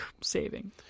saving